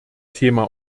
thema